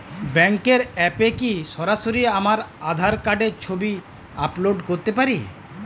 ব্যাংকের অ্যাপ এ কি সরাসরি আমার আঁধার কার্ড র ছবি আপলোড করতে পারি?